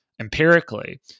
empirically